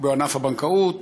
בענף הבנקאות.